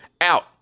out